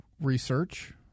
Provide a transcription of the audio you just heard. research